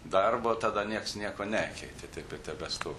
darbo tada niekas nieko nekeitė taip ir tebestovi